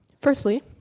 Firstly